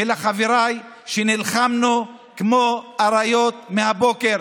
ולחבריי, שנלחמנו כמו אריות מהבוקר